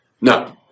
no